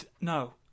No